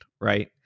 right